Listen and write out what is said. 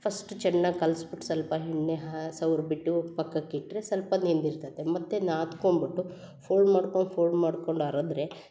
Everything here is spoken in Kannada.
ಫಸ್ಟ್ ಚೆನ್ನಾಗಿ ಕಲ್ಸ್ಬಿಟ್ಟು ಸ್ವಲ್ಪ ಎಣ್ಣೆ ಹಾ ಸವ್ರಿ ಬಿಟ್ಟು ಪಕ್ಕಕ್ಕೆ ಇಟ್ಟರೆ ಸ್ವಲ್ಪ ನೆಂದಿರ್ತದೆ ಮತ್ತೆ ನಾದ್ಕೊಂಬಿಟ್ಟು ಫೋಲ್ಡ್ ಮಾಡ್ಕೊಂಡು ಫೋಲ್ಡ್ ಮಾಡ್ಕೊಂಡು ಕರುದ್ರೆ